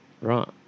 Right